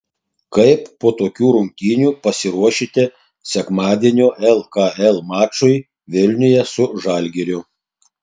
kaip po tokių rungtynių pasiruošite sekmadienio lkl mačui vilniuje su žalgiriu